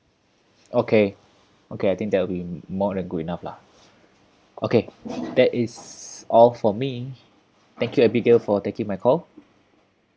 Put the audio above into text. okay okay I think that'll be more than good enough lah okay that is all for me thank you abigail for taking my call